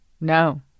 No